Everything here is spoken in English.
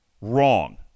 Wrong